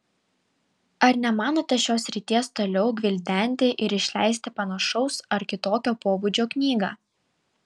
ar nemanote šios srities toliau gvildenti ir išleisti panašaus ar kitokio pobūdžio knygą